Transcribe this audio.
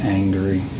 angry